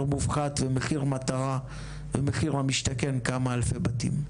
מופחת ומחיר מטרה ומחיר למשתכן כמה אלפי בתים.